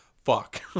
Fuck